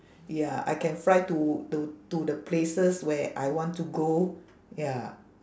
ya I can fly to to to the places where I want to go ya